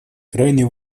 крайне